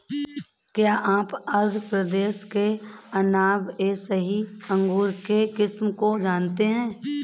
क्या आप आंध्र प्रदेश के अनाब ए शाही अंगूर के किस्म को जानते हैं?